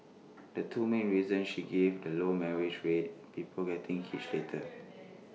the two main reasons she gave are the low marriage rate people getting hitched later